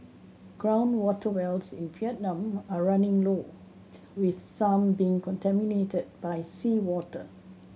ground water wells in Vietnam are running low with some being contaminated by seawater